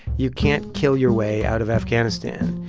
you can't kill your way out of afghanistan.